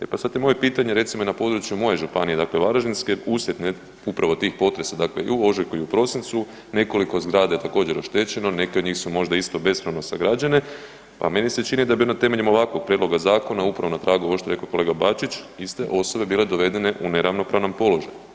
E pad sad je moje pitanje recimo i na području moje županije dakle Varaždine uslijed upravo tih potresa i u ožujku i u prosincu nekoliko zgrada je također oštećeno, neke od njih su možda isto bespravno sagrađene pa meni se čini da bi onda ovakvog prijedloga zakona upravo na tragu ovog što je rekao kolega Bačić iste osobe bile dovedene u neravnopravan položaj.